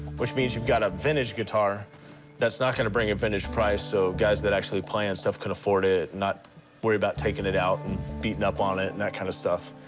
which means you've got a vintage guitar that's not going to bring a vintage price. so guys that actually play on stuff could afford it, not worry about taking it out and beating up on it and that kind of stuff.